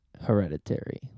Hereditary